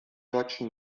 deutschen